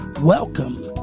Welcome